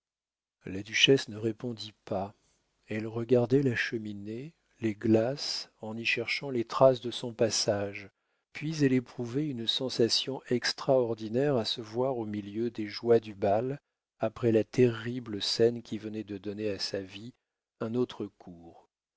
la duchesse ne répondit pas elle regardait la cheminée les glaces en y cherchant les traces de son passage puis elle éprouvait une sensation extraordinaire à se voir au milieu des joies du bal après la terrible scène qui venait de donner à sa vie un autre cours